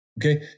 Okay